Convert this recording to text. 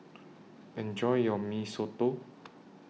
Enjoy your Mee Soto